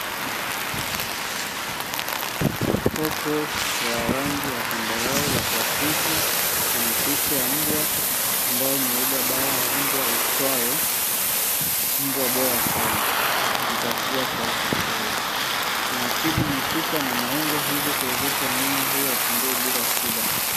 Kopo ya rangi ya zambarau la plastiki yenye picha ya mbwa ambalo limebeba dawa ya mbwa iitwayo mbwa bora sana ikitafsiriwa kwa kiswahili, inatibu mifupa na maungo hivyo kuwezesha mnyama huyo atembee bila shida.